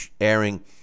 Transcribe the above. airing